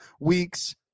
weeks